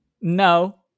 No